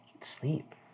sleep